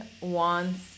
wants